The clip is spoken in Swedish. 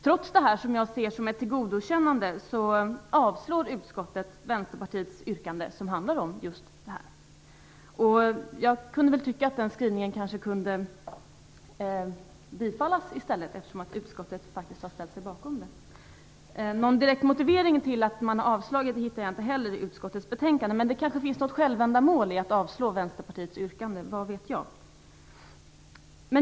Trots detta, som jag ser som ett erkännande, avstyrker utskottet Vänsterpartiets yrkande, som handlar om just det här. Jag tycker att man i stället borde ha tillstyrkt det, eftersom utskottet faktiskt har ställt sig bakom det. Någon direkt motivering till att man har avstyrkt det hittar jag inte heller i utskottets betänkande, men det kanske finns något självändamål i att avstyrka Vänsterpartiets yrkanden - vad vet jag?